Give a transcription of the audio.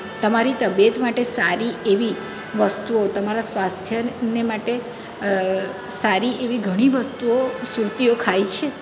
તમારી તબિયત માટે સારી એવી વસ્તુઓ તમારા સ્વાસ્થ્ય ને માટે સારી એવી ઘણી વસ્તુઓ સુરતીઓ ખાય છે